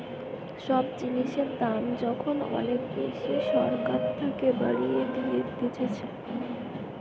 সব জিনিসের দাম যখন অনেক বেশি সরকার থাকে বাড়িয়ে দিতেছে